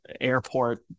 airport